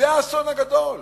זה האסון הגדול.